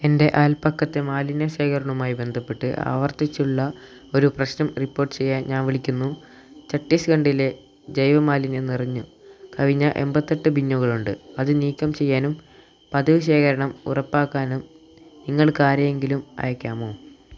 എൻ്റെ അയൽപക്കത്തെ മാലിന്യ ശേഖരണവുമായി ബന്ധപ്പെട്ട് ആവർത്തിച്ചുള്ള ഒരു പ്രശ്നം റിപ്പോർട്ട് ചെയ്യാൻ ഞാൻ വിളിക്കുന്നു ഛത്തീസ്ഗണ്ഡിലെ ജൈവ മാലിന്യം നിറഞ്ഞു കവിഞ്ഞ എൺപത്തെട്ട് ബിന്നുകളുണ്ട് അത് നീക്കം ചെയ്യാനും പതിവ് ശേഖരണം ഉറപ്പാക്കാനും നിങ്ങൾക്ക് ആരെയെങ്കിലും അയക്കാമോ